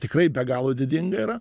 tikrai be galo didinga yra